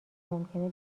ممکنه